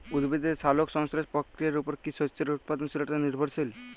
উদ্ভিদের সালোক সংশ্লেষ প্রক্রিয়ার উপর কী শস্যের উৎপাদনশীলতা নির্ভরশীল?